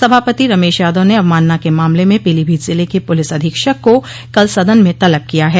सभापति रमेश यादव ने अवमानना के मामले में पीलीभीत जिले के पुलिस अधीक्षक को कल सदन में तलब किया है